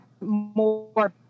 more